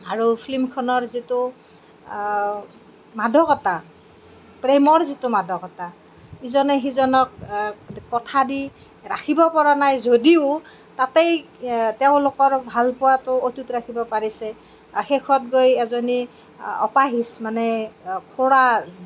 আৰু ফিল্মখনৰ যিটো মাদকতা প্ৰেমৰ যিটো মাদকতা ইজনে সিজনক কথা দি ৰাখিব পৰা নাই যদিও তাতেই তেওঁলোকৰ ভালপোৱাটো অটুত ৰাখিব পাৰিছে শেষত গৈ এদনী অপাহিচ মানে খুৰা